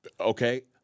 Okay